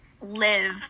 live